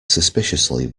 suspiciously